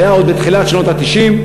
שהיה עוד בתחילת שנות ה-90,